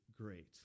great